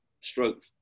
stroke